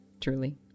Truly